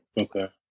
okay